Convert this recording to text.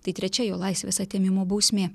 tai trečia jo laisvės atėmimo bausmė